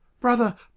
Brother